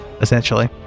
essentially